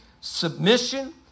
submission